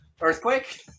Earthquake